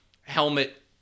helmet